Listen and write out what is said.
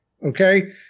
Okay